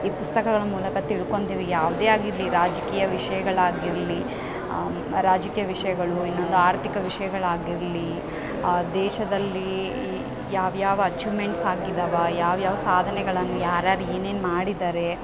ಈ ಪುಸ್ತಕಗಳ ಮೂಲಕ ತಿಳ್ಕೊಳ್ತೀವಿ ಯಾವುದೇ ಆಗಿರಲಿ ರಾಜಕೀಯ ವಿಷಯಗಳಾಗಿರಲಿ ರಾಜಕೀಯ ವಿಷಯಗಳು ಇನ್ನೊಂದು ಆರ್ಥಿಕ ವಿಷಯಗಳಾಗಿರಲಿ ಆ ದೇಶದಲ್ಲಿ ಇ ಯಾವ್ಯಾವ ಅಚುವ್ಮೆಂಟ್ಸ್ ಆಗಿದಾವ ಯಾವ್ಯಾವ ಸಾಧನೆಗಳನ್ನು ಯಾರು ಯಾರು ಏನೇನು ಮಾಡಿದ್ದಾರೆ